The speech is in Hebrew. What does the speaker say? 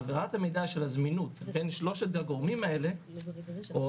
העברת המידע של הזמינות בין שלושת הגורמים האלה --- אם